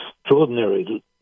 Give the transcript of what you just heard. extraordinary